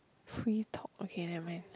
free talk okay never mind